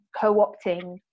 co-opting